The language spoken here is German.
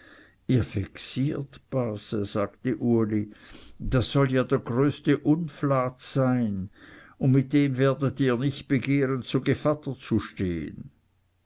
ihr vexiert base sagte uli das soll ja der größte unflat sein und mit dem werdet ihr nicht begehren zu gevatter zu stehen